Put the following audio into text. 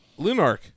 lunark